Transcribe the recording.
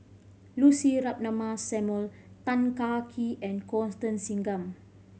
Lucy Ratnammah Samuel Tan Kah Kee and Constance Singam